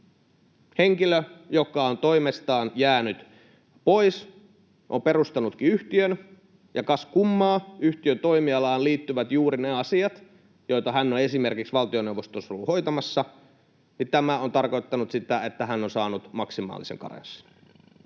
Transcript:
Henkilö, joka on toimestaan jäänyt pois, on perustanutkin yhtiön, ja kas kummaa, yhtiön toimialaan liittyvät juuri ne asiat, joita hän on esimerkiksi valtioneuvostossa ollut hoitamassa, ja tämä on tarkoittanut sitä, että hän on saanut maksimaalisen karenssin.